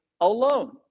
alone